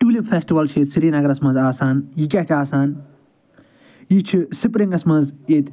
tulip festival چھُ یتہِ سرینگرس منٛز آسان یہ کیٚاہ چھُ آسان یہ چھُ سپرِنگس منٛز یتہِ